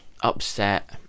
upset